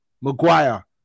Maguire